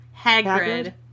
Hagrid